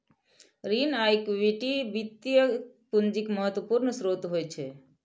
ऋण आ इक्विटी वित्तीय पूंजीक महत्वपूर्ण स्रोत होइत छैक